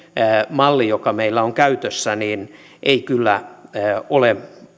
malli joka meillä on käytössä ei kyllä ole